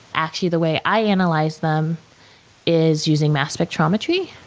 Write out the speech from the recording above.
actually, the way i analyze them is using mass spectrometry.